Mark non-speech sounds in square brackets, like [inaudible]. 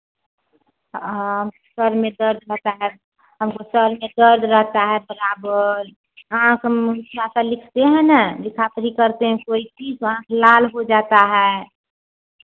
हा सर में दर्द होता है हमको सर में दर्द रहेता है बराबर आँख [unintelligible] लिखते हैं न लिखा पढ़ी करते हैं कोई चीज़ का लाल हो जाता है